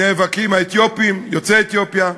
מהאתיופים, יוצאי אתיופיה,